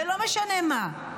ולא משנה מה.